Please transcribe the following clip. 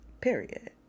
Period